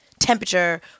temperature